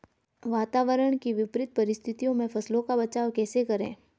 वातावरण की विपरीत परिस्थितियों में फसलों का बचाव कैसे करें?